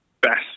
best